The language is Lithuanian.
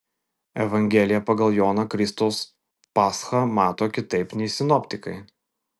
evangelija pagal joną kristaus paschą mato kitaip nei sinoptikai